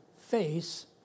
face